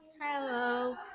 hello